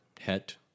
Het